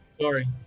Sorry